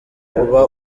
uba